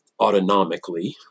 autonomically